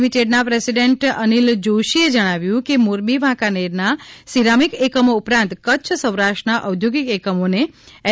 લિમિટેડના પ્રેસીડેન્ટ અનિલ જોષીએ જણાવ્યુ છે કે મોરબી વાંકાનેરના સિરામિક એકમો ઉપરાંત કચ્છ સૌરાષ્ટ્રના ઔદ્યોગિક એકમોને એલ